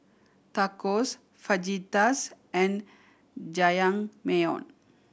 Tacos Fajitas and Jajangmyeon